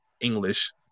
English